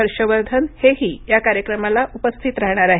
हर्ष वर्धन हेही या कार्यक्रमास उपस्थित राहणार आहेत